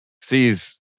sees